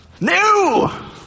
No